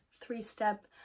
three-step